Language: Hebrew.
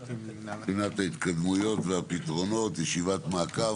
בחינת ההתקדמות והפתרונות, ישיבת מעקב.